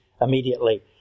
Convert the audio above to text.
immediately